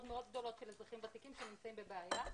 מאוד גדולות של אזרחים ותיקים שנמצאים בבעיה.